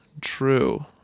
True